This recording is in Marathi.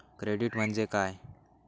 क्रेडिट म्हणजे काय?